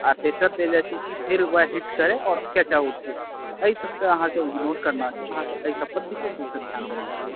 आ प्रेसर देल जाइ छै कि फेर वएह हिट करै और कैच आउट होइ एहिसॅं तऽ अहाँके इग्नोर करना छै अहाँके एहि सब पर विशेष रूप सॅं ध्यान देनाइ छै